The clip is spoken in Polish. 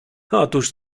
otóż